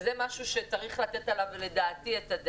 וזה משהו שצריך לתת עליו את הדעת, לדעתי.